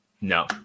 no